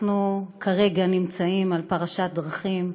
אנחנו כרגע נמצאים על פרשת דרכים,